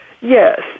Yes